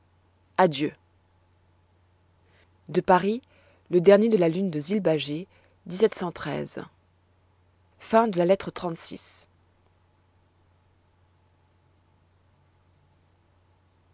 humaine de paris le dernier de la lune de lba âgé lettre